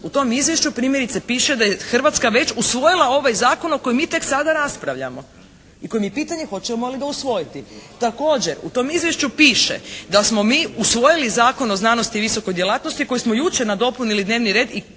U tom izvješću primjerice piše da je Hrvatska već usvojila ovaj zakon o kojem mi tek sada raspravljamo. I kojem je pitanje hoćemo li ga usvojiti? Također u tom izvješću piše da smo mi usvojili Zakon o znanosti i visokoj djelatnosti kojom smo jučer nadopunili dnevni red i koju